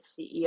CEO